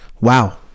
wow